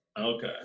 Okay